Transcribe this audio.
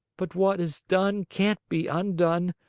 but what is done can't be undone,